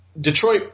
Detroit